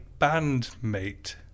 bandmate